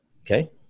Okay